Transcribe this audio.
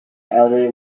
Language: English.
elderly